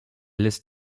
lässt